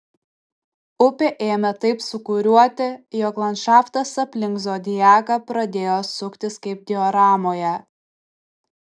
upė ėmė taip sūkuriuoti jog landšaftas aplink zodiaką pradėjo suktis kaip dioramoje